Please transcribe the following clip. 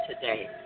today